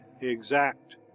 exact